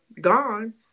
gone